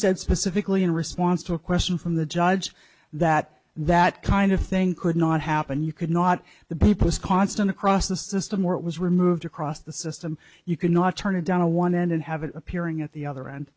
said specifically in response to a question from the judge that that kind of thing could not happen you could not the people is constant across the system or it was removed across the system you cannot turn it down to one end and have it appearing at the other end